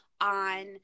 on